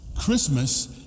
Christmas